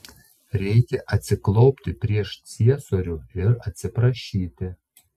reikia atsiklaupti prieš ciesorių ir atsiprašyti